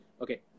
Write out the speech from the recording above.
Okay